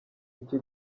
icyo